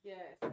Yes